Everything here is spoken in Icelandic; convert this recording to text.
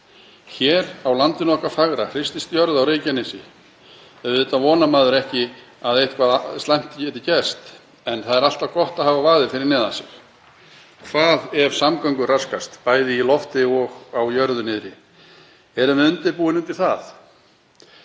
Hér á landinu okkar fagra hristist jörð á Reykjanesi. Auðvitað vonar maður að ekkert slæmt gerist en það er alltaf gott að hafa vaðið fyrir neðan sig. Hvað ef samgöngur raskast, bæði í lofti og á jörðu niðri? Erum við undirbúin undir það?